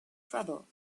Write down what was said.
trouble